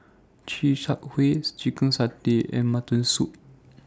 Chi Kak Kuih Chicken Satay and Mutton Soup